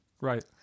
Right